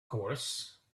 course